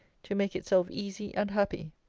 to make itself easy and happy.